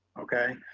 okay.